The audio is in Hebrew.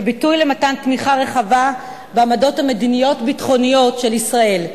כביטוי למתן תמיכה רחבה בעמדות המדיניות-ביטחוניות של ישראל,